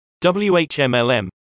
WHMLM